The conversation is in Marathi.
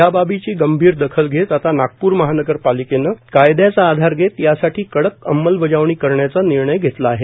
या बाबीची गंभीर दखल घेत आता नागप्र महानगरपालिकेने कायद्याचा आधार घेत यासाठी कडक अंमलबजावणी करण्याचा निर्णय घेतला आहे